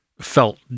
felt